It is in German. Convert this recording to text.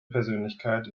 persönlichkeit